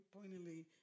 pointedly